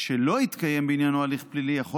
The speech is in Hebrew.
ולא התקיים בענייננו הליך פלילי יכול